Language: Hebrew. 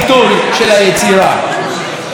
מסימניה של חברה דמוקרטית,